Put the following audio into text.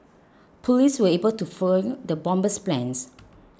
police were able to foil the bomber's plans